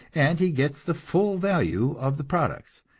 and he gets the full value of the products,